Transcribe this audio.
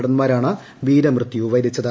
ഭടൻമാരാണ് വീരമൃത്യു വരിച്ചത്